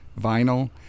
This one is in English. vinyl